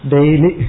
Daily